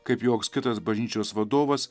kaip joks kitas bažnyčios vadovas